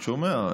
שומע.